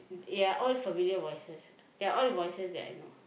they are all familiar voices they are all voices that I know